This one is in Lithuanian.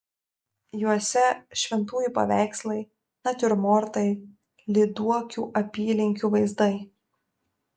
juose šventųjų paveikslai natiurmortai lyduokių apylinkių vaizdai